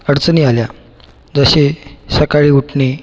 अडचणी आल्या जसे सकाळी उठणे